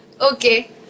Okay